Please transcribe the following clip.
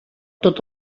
tot